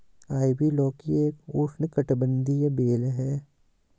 ivy लौकी एक उष्णकटिबंधीय बेल है